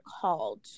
called